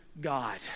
God